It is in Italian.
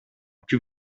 più